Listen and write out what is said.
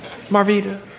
Marvita